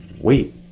wait